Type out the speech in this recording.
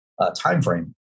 timeframe